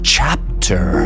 Chapter